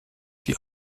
die